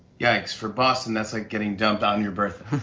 yikes. for boston, that's like getting dumped on your birthday.